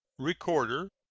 recorder,